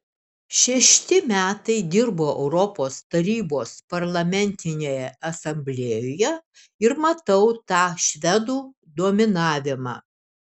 šešti metai dirbu europos tarybos parlamentinėje asamblėjoje ir matau tą švedų dominavimą